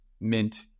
mint